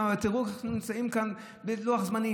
תראו איך נמצאים כאן בלוח זמנים.